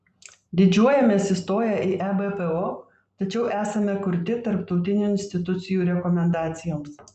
didžiuojamės įstoję į ebpo tačiau esame kurti tarptautinių institucijų rekomendacijoms